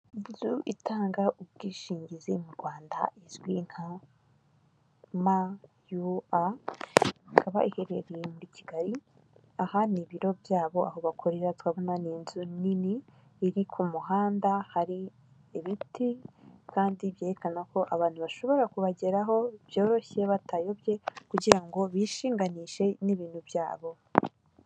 Inzu itanga ubwishingizi mu Rwanda izwi nka MUA, ikaba iherereye muri Kigali, aha ni ibiro byabo aho bakorera, turabona ni inzu nini iri ku muhanda, hari ibiti kandi byerekana ko abantu bashobora kubageraho byoroshye batayobye kugira ngo bishinganishe n'ibintu byabo.